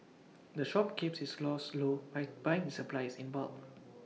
the shop keeps its costs low by buying its supplies in bulk